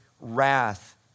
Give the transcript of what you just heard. wrath